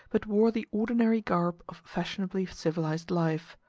but wore the ordinary garb of fashionably civilized life.